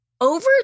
over